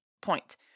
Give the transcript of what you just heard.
point